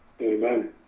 Amen